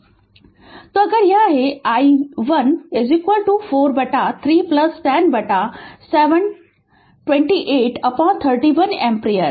Refer Slide Time 1154 तो अगर यह है कि i 1 4 बटा 3 10 बटा 7 2831 एम्पीयर